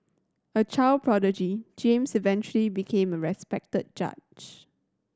a child prodigy James eventually became a respected judge